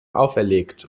auferlegt